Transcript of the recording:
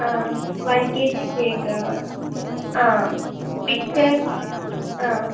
one KG cake picture